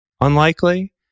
unlikely